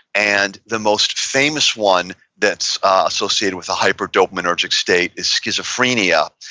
and the most famous one that's associated with a hyper-dopaminergic state is schizophrenia.